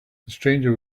stranger